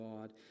God